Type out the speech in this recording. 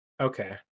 Okay